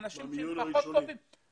אנשים פחות טובים --- במיון הראשוני.